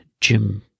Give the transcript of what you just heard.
Jim